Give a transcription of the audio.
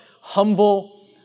humble